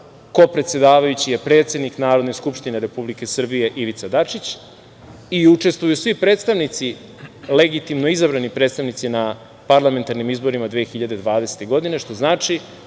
kopredsedavajući je predsednik Narodne skupštine Republike Srbije, Ivica Dačić, i učestvuju svi predstavnici, legitimno izabrani predstavnici na parlamentarnim izborima 2020. godine, što znači